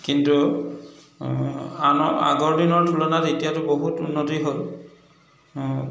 কিন্তু আনৰ আগৰ দিনৰ তুলনাত এতিয়াতো বহুত উন্নতি হ'ল